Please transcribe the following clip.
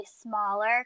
smaller